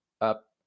up